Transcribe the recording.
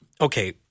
okay